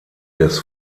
des